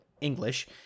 English